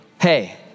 Hey